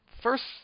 first